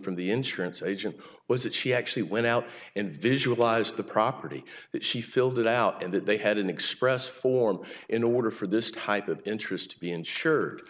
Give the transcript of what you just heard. from the insurance agent was that she actually went out and visualize the property that she filled it out and that they had an express form in order for this type of interest to be insured